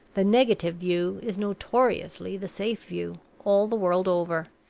the negative view is notoriously the safe view, all the world over,